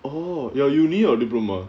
oh your university or diploma